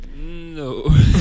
No